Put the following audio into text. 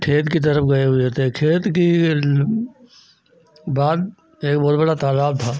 खेत की तरफ गए हुए थे खेत की बाद एक बहुत बड़ा तालाब था